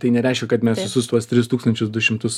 tai nereiškia kad mes visus tuos tris tūkstančius du šimtus